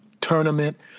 tournament